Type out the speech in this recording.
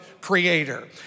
creator